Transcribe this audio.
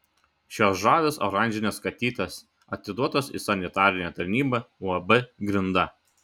šios žavios oranžinės katytės atiduotos į sanitarinę tarnybą uab grinda